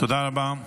תודה רבה.